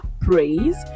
Praise